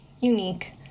unique